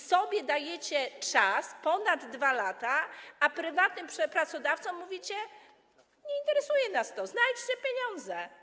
Sobie dajecie na to ponad 2 lata, a prywatnym pracodawcom mówicie: Nie interesuje nas to, znajdźcie pieniądze.